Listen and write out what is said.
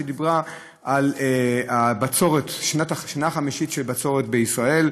היא דיברה על השנה החמישית של בצורת בישראל,